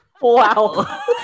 Wow